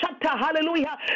hallelujah